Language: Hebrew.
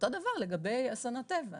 דבר לגבי אסונות טבע.